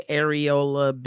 areola